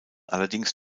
allerdings